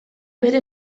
bere